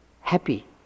happy